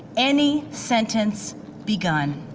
any sentence begun